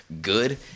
good